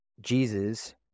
Jesus